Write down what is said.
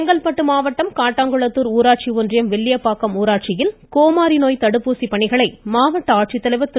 செங்கல்பட்டு மாவட்டம் கட்டாங்குளத்தூர் ஊராட்சி ஒன்றியம் வில்லியப்பாக்கம் ஊராட்சியில் கோமாரி நோய் தடுப்பூசி பணிகளை மாவட்ட ஆட்சித்தலைவர் திரு